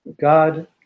God